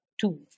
two